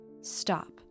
stop